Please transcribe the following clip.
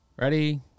Ready